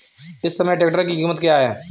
इस समय ट्रैक्टर की कीमत क्या है?